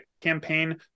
campaign